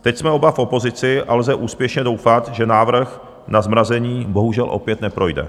Teď jsme oba v opozici a lze úspěšně doufat, že návrh na zmrazení bohužel opět neprojde.